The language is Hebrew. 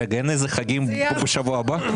רגע, אין איזה שהם חגים בשבוע הבא?